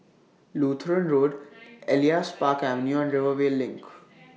Lutheran Road Elias Park Avenue and Rivervale LINK